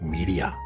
Media